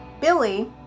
Billy